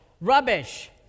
rubbish